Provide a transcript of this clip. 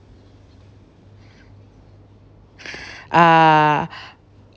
uh